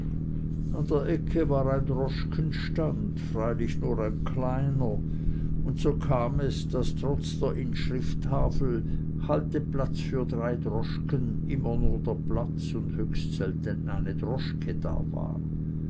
der ecke war ein droschkenstand freilich nur ein kleiner und so kam es daß trotz der inschrifttafel halteplatz für drei droschken immer nur der platz und höchst selten eine droschke da war